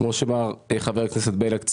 כמו שחבר הכנסת בליאק ציין,